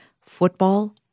football